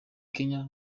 kenya